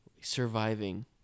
surviving